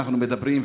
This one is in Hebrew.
אנחנו מדברים,